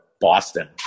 Boston